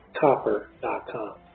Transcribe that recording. Copper.com